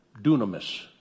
dunamis